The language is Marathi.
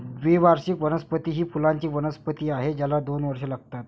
द्विवार्षिक वनस्पती ही फुलांची वनस्पती आहे ज्याला दोन वर्षे लागतात